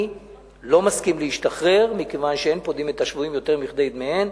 אני לא מסכים להשתחרר מכיוון שאין פודים את השבויים יותר מכדי דמיהן,